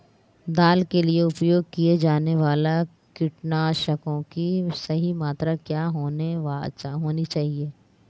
दाल के लिए उपयोग किए जाने वाले कीटनाशकों की सही मात्रा क्या होनी चाहिए?